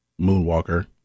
Moonwalker